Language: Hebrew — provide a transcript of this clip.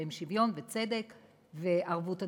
שהם שוויון וצדק וערבות הדדית.